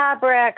fabric